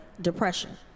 depression